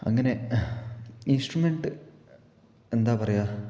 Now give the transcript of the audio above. അങ്ങനെ ഇന്സ്ട്രമെന്റ്റ്റ് എന്താ പറയുക